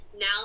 now